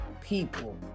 people